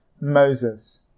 moses